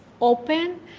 open